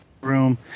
room